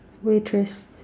waitress